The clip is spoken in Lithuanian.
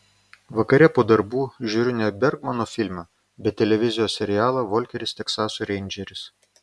vakare po darbų žiūriu ne bergmano filmą bet televizijos serialą volkeris teksaso reindžeris